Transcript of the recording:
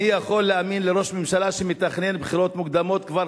אני יכול להאמין לראש ממשלה שמתכנן בחירות מוקדמות כבר